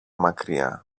μακριά